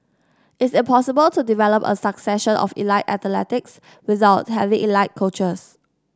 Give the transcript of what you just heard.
it's impossible to develop a succession of elite athletes without having elite coaches